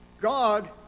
God